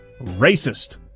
racist